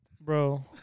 Bro